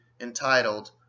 entitled